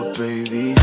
baby